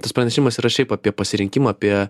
tas pranešimas yra šiaip apie pasirinkimą apie